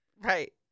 Right